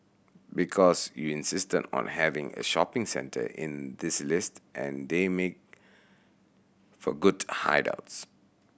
because you insisted on having a shopping centre in this list and they make for good hideouts